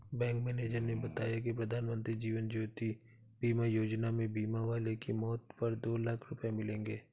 bank manager ने बताया कि प्रधानमंत्री जीवन ज्योति बीमा योजना में बीमा वाले की मौत पर दो लाख रूपये मिलेंगे